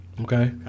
Okay